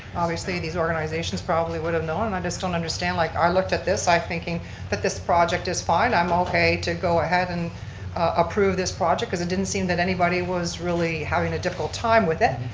obviously, these organizations probably would've known. and i just don't understand, like i looked at this, i'm thinking but this project is fine, i'm okay to go ahead and approve this project cause it didn't seem that anybody was really having a difficult time with it.